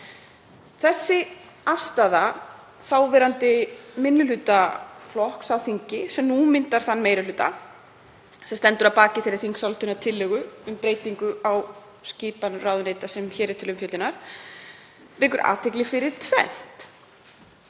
Þessi afstaða þáverandi minnihlutaflokks á þingi, sem nú myndar þann meiri hluta sem stendur að baki þeirri þingsályktunartillögu, um breytingu á skipan ráðuneyta, sem hér er til umfjöllunar, vekur athygli fyrir tvennt: